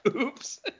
oops